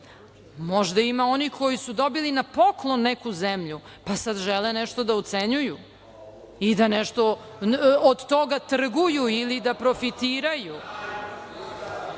Možda ima onih koji su dobili na poklon neku zemlju, pa sad žele nešto da ucenjuju i da nešto od toga trguju ili da profitiraju? Pitali